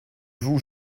vous